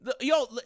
Yo